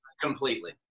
Completely